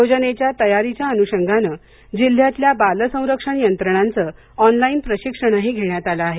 योजनेच्या तयारीच्या अनुषंगानं जिल्ह्यातल्या बालसंरक्षण यंत्रणांचं ऑनलाईन प्रशिक्षणही घेण्यात आलं आहे